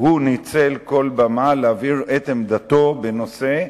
הוא ניצל כל במה להבהיר את עמדתו בנושא,